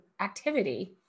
activity